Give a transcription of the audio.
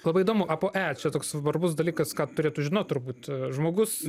labai įdomu apoe čia toks svarbus dalykas ką turėtų žinot turbūt žmogus